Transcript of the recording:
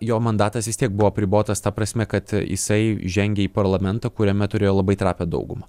jo mandatas vis tiek buvo apribotas ta prasme kad jisai žengė į parlamentą kuriame turėjo labai trapią daugumą